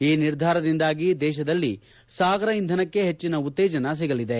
ಈ ನಿರ್ಧಾರದಿಂದಾಗಿ ದೇಶದಲ್ಲಿ ಸಾಗರ ಇಂಧನಕ್ಕೆ ಹೆಚ್ಚಿನ ಉತ್ತೇಜನ ಸಿಗಲಿದೆ